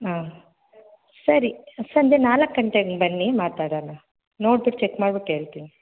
ಹ್ಞೂ ಸರಿ ಸಂಜೆ ನಾಲ್ಕು ಗಂಟೆ ಹಂಗ್ ಬನ್ನಿ ಮಾತಾಡಣ ನೋಡ್ಬಿಟ್ಟು ಚೆಕ್ ಮಾಡ್ಬಿಟ್ಟು ಹೇಳ್ತಿನಿ